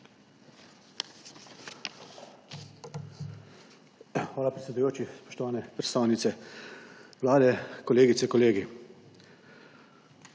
Hvala, predsedujoči. Spoštovane predstavnice Vlade, kolegice in kolegi!